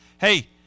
Hey –